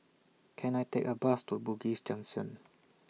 Can I Take A Bus to Bugis Junction